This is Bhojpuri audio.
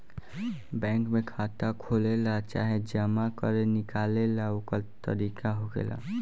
बैंक में खाता खोलेला चाहे जमा करे निकाले ला ओकर तरीका होखेला